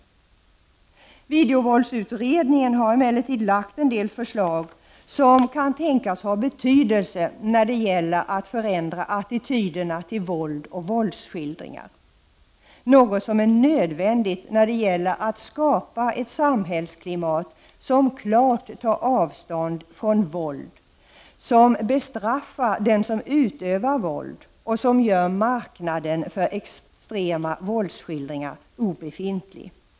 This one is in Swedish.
15 november 1989 Videovåldsutredningen har emellertid lagt fram en del förslag som kan tänkas få betydelse när det gäller att förändra attityderna till våld och vålds — Åfgärder mot våldsskildringar. Det är nödvändigt om vi skall kunna skapa ett samhällsklimat skildringar ivideo: gram m.m. som klart tar avstånd från våldet, bestraffar den som utövar våld och gör marknaden för extrema våldsskildringar obefintlig.